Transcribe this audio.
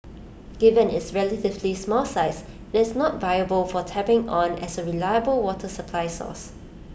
given its relatively small size IT is not viable for tapping on as A reliable water supply source